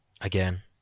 again